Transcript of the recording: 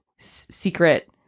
secret